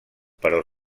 però